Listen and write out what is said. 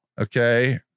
Okay